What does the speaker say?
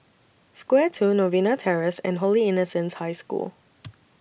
Square two Novena Terrace and Holy Innocents' High School